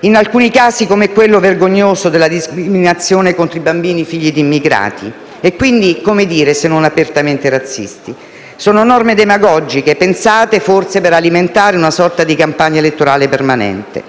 In alcuni casi, come quello vergognoso della discriminazione contro i bambini figli di immigrati, come definirli se non apertamente razzisti? Sono norme demagogiche, pensate forse per alimentare una sorta di campagna elettorale permanente.